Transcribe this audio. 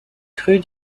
cru